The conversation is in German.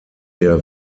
der